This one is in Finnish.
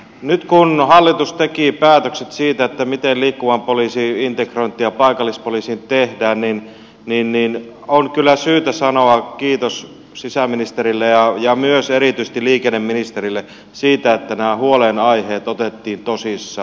nyt kun hallitus teki päätökset siitä miten liikkuvan poliisin ja paikallispoliisin integrointi tehdään on kyllä syytä sanoa kiitos sisäministerille ja myös erityisesti liikenneministerille siitä että nämä huolenaiheet otettiin tosissaan